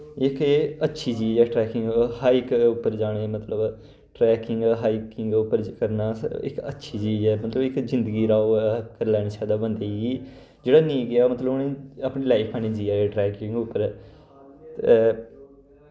इक एह् अच्छी चीज ऐ ट्रैकिंग हाईक उप्पर जाना मतलब ट्रैकिंग हाईकिंग उप्पर करना इक अच्छी चीज ऐ मतलब इक जिंदगी दा ओह् कर लैने चाहिदा बंदे गी जेह्ड़ा निं गेआ मतलब उने अपनी लाइफ हैनी जीआ दे जियां दे ट्रैकिंग उप्पर ते